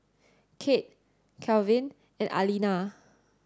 Cade Kalvin and Aleena